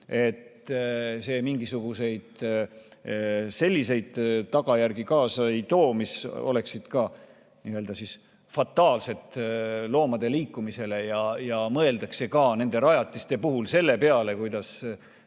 et see mingisuguseid selliseid tagajärgi kaasa ei too, mis oleksid fataalsed loomade liikumisele, ja mõeldakse ka nende rajatiste puhul selle peale, kuidas